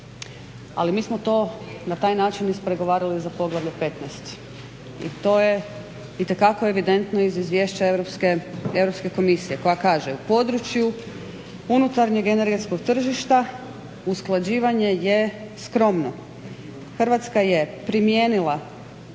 Ali mi smo to na taj način ispregovarali za Poglavlje 15. i to je itekako evidentno iz Izvješća Europske komisije koja kaže u području unutarnjeg energetskog tržišta usklađivanje je skromno. Hrvatska je primijenila